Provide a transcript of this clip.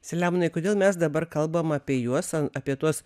selemonui kodėl mes dabar kalbam apie juos ar apie tuos